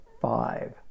five